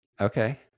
Okay